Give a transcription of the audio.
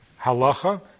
halacha